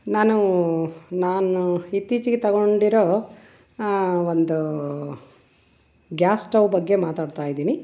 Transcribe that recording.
ನಾನು ನಾನು ಇತ್ತೀಚಿಗೆ ತಗೊಂಡಿರೋ ಒಂದು ಗ್ಯಾಸ್ ಸ್ಟವ್ ಬಗ್ಗೆ ಮಾತಾಡ್ತಾ ಇದ್ದೀನಿ